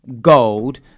gold